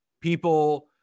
people